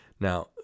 Now